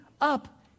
up